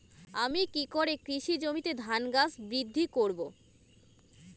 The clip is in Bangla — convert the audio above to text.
আমি কী করে কৃষি জমিতে ধান গাছ বৃদ্ধি করব?